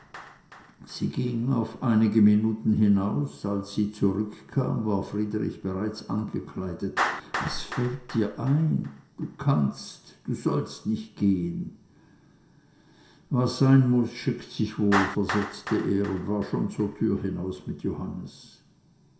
sie ging auf einige minuten hinaus als sie zurückkam war friedrich bereits angekleidet was fällt dir ein rief sie du kannst du sollst nicht gehen was sein muß schickt sich wohl versetzte er und war schon zur türe hinaus mit johannes